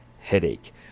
headache